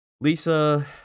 Lisa